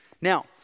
Now